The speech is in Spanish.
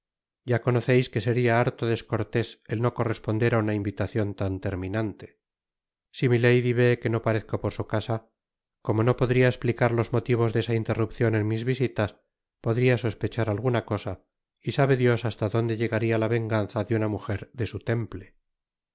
ya conoces que seria harto descortés el no corresponder á una invitacion tan terminante si milady vé que no parezco por su casa como no podria esplicar los motivos de esa interrupcion en mis visitas podria sospechar alguna cosa y sabe dios hasta donde llegaria la venganza de una mujer de su temple